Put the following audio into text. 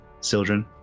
Sildren